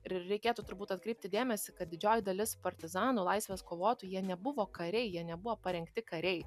ir reikėtų turbūt atkreipti dėmesį kad didžioji dalis partizanų laisvės kovotojų jie nebuvo kariai jie nebuvo parengti kariai